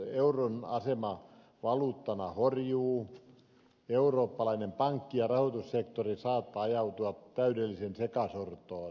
euron asema valuuttana horjuu eurooppalainen pankki ja rahoitussektori saattaa ajautua täydelliseen sekasortoon